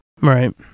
Right